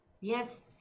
Yes